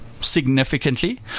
Significantly